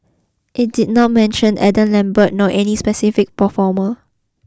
it did not mention Adam Lambert nor any specific performer